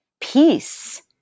peace